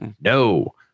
No